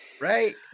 Right